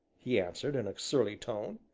he answered, in a surly tone.